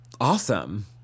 awesome